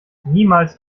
niemals